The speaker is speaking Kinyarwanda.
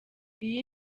iyi